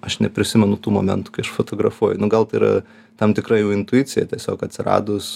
aš neprisimenu tų momentų kai aš fotografuoju nu gal tai yra tam tikra jau intuicija tiesiog atsiradus